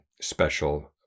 special